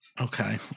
okay